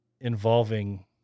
involving